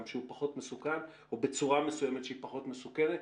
שהוא פחות מסוכן או בצורה מסוימת שהיא פחות מסוכנת.